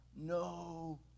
no